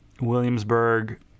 Williamsburg